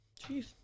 Jeez